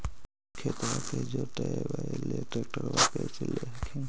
खेतबा के जोतयबा ले ट्रैक्टरबा कैसे ले हखिन?